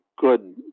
good